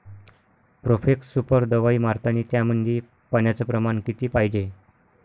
Profex Super दवाई मारतानी त्यामंदी पान्याचं प्रमाण किती पायजे?